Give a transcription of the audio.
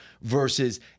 versus